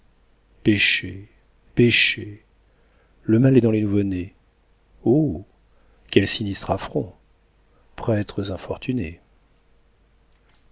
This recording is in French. péché péché le mal est dans les nouveau-nés oh quel sinistre affront prêtres infortunés